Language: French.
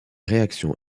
réactions